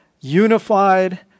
unified